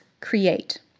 create